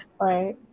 right